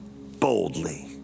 boldly